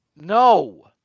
no